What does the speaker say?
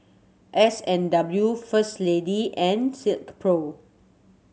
S and W First Lady and Silkpro